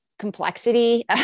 complexity